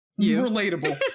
Relatable